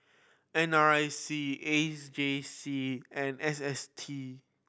N R I C A J C and S S T